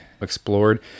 explored